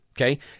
Okay